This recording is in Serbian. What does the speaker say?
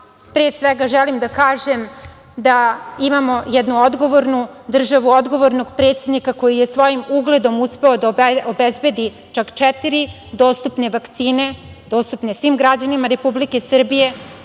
pre svega želim da kažem da imamo jednu odgovornu državu, odgovornog predsednika koji je svojim ugledom uspeo da obezbedi čak četiri dostupne vakcine, dostupne svim građanima Republike Srbije,